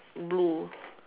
blue